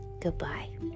goodbye